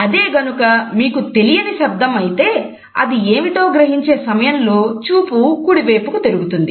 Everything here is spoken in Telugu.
అదే గనుక మీకు తెలియని శబ్దం అయితే అది ఏమిటో గ్రహించే సమయంలో చూపు కుడివైపుకు తిరుగుతుంది